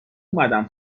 اومدم